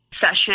session